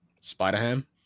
Spider-Ham